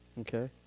Okay